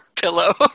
pillow